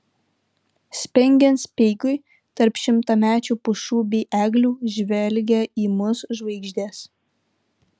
spengiant speigui tarp šimtamečių pušų bei eglių žvelgė į mus žvaigždės